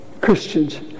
Christians